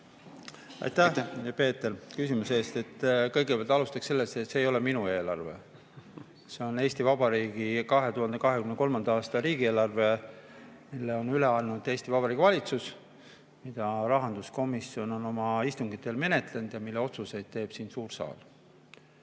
Aitäh, Peeter, küsimuse eest! Alustan sellest, et see ei ole minu eelarve, see on Eesti Vabariigi 2023. aasta riigieelarve, mille on üle andnud Eesti Vabariigi valitsus, mida rahanduskomisjon on oma istungitel menetlenud ja mille kohta otsuseid teeb siin suur saal.